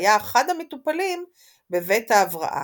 שהיה אחד המטופלים בבית ההבראה.